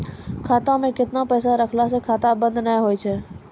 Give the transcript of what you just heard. खाता मे केतना पैसा रखला से खाता बंद नैय होय तै?